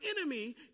enemy